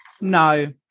No